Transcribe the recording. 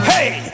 Hey